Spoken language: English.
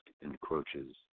encroaches